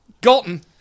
Gotten